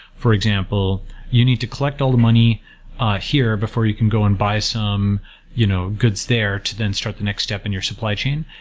for example you need to collect all the money here before you go and buy some you know goods there to then struck the next step in your supply chain,